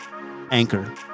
Anchor